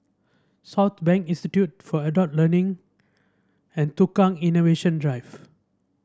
Southbank Institute for Adult Learning and Tukang Innovation Drive